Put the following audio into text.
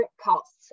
costs